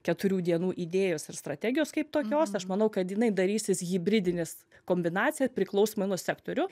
keturių dienų idėjos ir strategijos kaip tokios aš manau kad jinai darysis hibridinis kombinacija priklausomai nuo sektorių